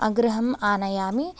गृहम् आनयामि